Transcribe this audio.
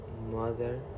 Mother